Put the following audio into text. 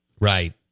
Right